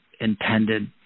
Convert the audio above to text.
intended